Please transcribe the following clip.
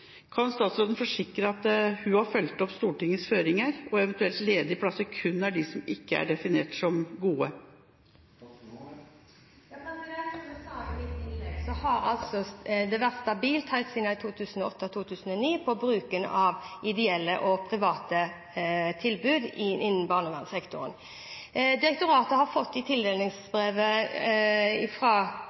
Kan statsråden forsikre at hun har fulgt opp Stortingets føringer, og at eventuelle ledige plasser kun er de som ikke er definert som gode? Som jeg sa i mitt innlegg, har bruken av ideelle og kommersielle tilbud innen barnevernssektoren vært stabil helt siden 2008–2009. Direktoratet har i tildelingsbrevet